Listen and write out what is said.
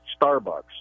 Starbucks